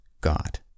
God